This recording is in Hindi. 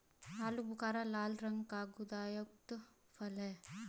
आलू बुखारा लाल रंग का गुदायुक्त फल है